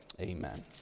Amen